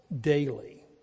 daily